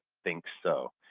think so.